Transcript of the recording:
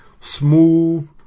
smooth